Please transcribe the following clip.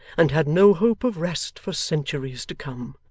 and had no hope of rest for centuries to come.